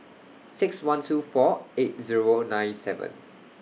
six one two four eight Zero nine seven